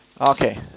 Okay